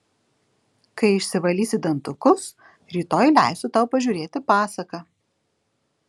kai išsivalysi dantukus rytoj leisiu tau pažiūrėti pasaką